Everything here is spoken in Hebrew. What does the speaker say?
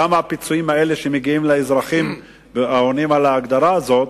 כמה הפיצויים האלה שמגיעים לאזרחים העונים על ההגדרה הזאת,